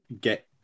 get